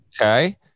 Okay